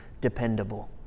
dependable